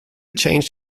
changed